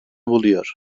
buluyor